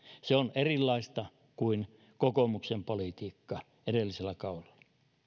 se on erilaista kuin kokoomuksen politiikka edellisellä kaudella